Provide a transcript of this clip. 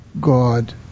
God